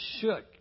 shook